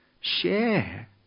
Share